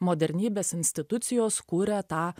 modernybės institucijos kuria tą